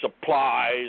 supplies